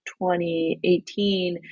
2018